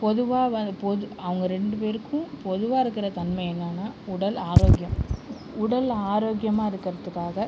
பொதுவாக அவங் பொது அவங்க ரெண்டு பேருக்கும் பொதுவாக இருக்கிற தன்மை என்னென்னா உடல் ஆரோக்கியம் உடல் ஆரோக்கியமாக இருக்கிறதுக்காக